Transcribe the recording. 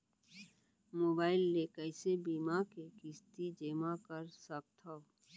Mobile ले कइसे बीमा के किस्ती जेमा कर सकथव?